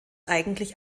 eigentlich